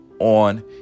on